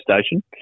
station